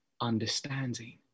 understanding